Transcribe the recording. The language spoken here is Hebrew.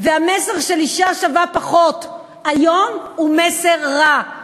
והמסר של אישה שווה פחות היום הוא מסר רע,